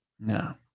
No